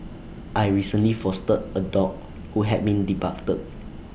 I recently fostered A dog who had been debarked